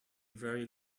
very